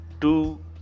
two